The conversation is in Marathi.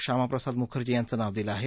श्यामाप्रसाद मुखर्जी यांचं नाव दिलं आहे